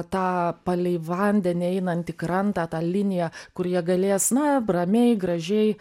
tą palei vandenį einantį krantą tą liniją kur jie galės na ramiai gražiai